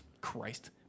Christ